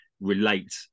relate